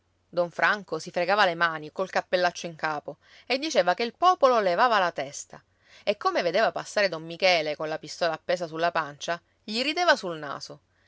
don franco si fregava le mani col cappellaccio in capo e diceva che il popolo levava la testa e come vedeva passare don michele colla pistola appesa sulla pancia gli rideva sul naso